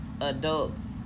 adults